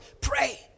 pray